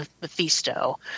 Mephisto